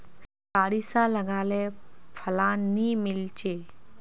सारिसा लगाले फलान नि मीलचे?